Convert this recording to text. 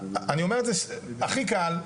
אני אומר את זה הכי קל,